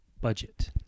budget